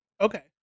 Okay